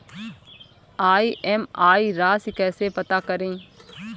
EMI राशि कैसे पता करें?